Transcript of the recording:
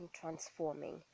transforming